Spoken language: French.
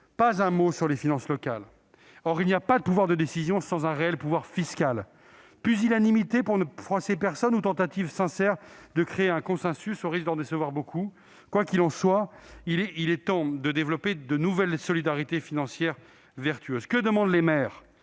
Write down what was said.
pas un mot des finances locales ! Or il n'y a pas de pouvoir de décision sans réel pouvoir fiscal. Pusillanimité pour ne froisser personne ou tentative sincère de créer le consensus, au risque d'en décevoir beaucoup ? Quoi qu'il en soit, il est temps de développer de nouvelles solidarités financières vertueuses. Que demandent les maires ?